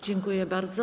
Dziękuję bardzo.